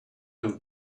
have